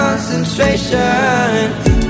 Concentration